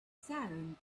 sound